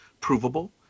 provable